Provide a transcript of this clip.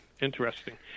Interesting